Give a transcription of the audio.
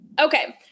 Okay